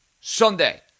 Sunday